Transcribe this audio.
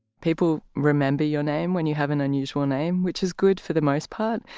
people remember your name when you have an unusual name which is good for the most part,